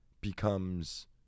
becomes